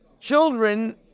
children